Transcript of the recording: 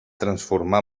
transformar